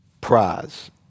prize